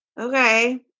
Okay